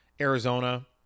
Arizona